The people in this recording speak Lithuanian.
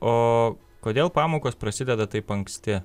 o kodėl pamokos prasideda taip anksti